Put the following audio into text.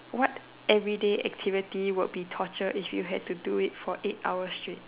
what everyday activity would be torture if you had to do it for eight hours straight